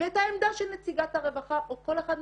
ואת העמדה של נציגת הרווחה או כל אחד מהנציגים.